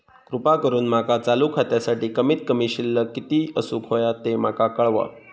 कृपा करून माका चालू खात्यासाठी कमित कमी शिल्लक किती असूक होया ते माका कळवा